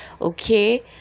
Okay